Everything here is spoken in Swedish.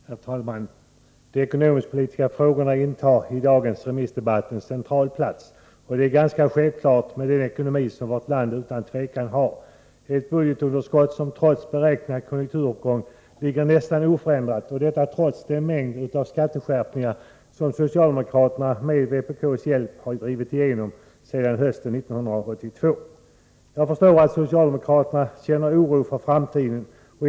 Herr talman! De ekonomisk-politiska frågorna intar i dagens remissdebatt en central plats. Det är ganska självklart med den dåliga ekonomi som vårt land utan tvivel har. Budgetunderskottet ligger, trots beräknad konjunkturuppgång, nästan oförändrat, trots den mängd av skatteskärpningar som socialdemokraterna med vpk:s hjälp har drivit igenom sedan hösten 1982. Jag förstår att socialdemokraterna känner oro för framtiden.